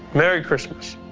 merry christmas.